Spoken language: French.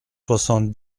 soixante